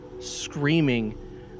screaming